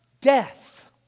death